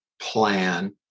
plan